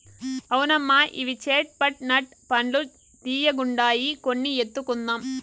అవునమ్మా ఇవి చేట్ పట్ నట్ పండ్లు తీయ్యగుండాయి కొన్ని ఎత్తుకుందాం